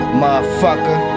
motherfucker